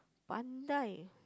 Bandai